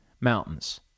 mountains